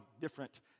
different